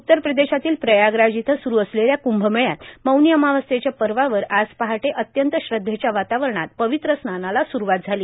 उत्तर प्रदेशातील प्रयागराज इथं सुरू असलेल्या कुंभ मेळ्यात मौनी अमावस्येच्या पर्वावर आज पहाटे अत्यंत श्रद्धेच्या वातावरणात पवित्र स्नानाला सुरूवात झाली